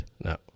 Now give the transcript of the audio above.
no